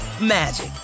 magic